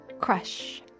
Crush